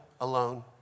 alone